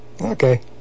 Okay